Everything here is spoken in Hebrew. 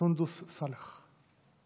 סונדוס סאלח.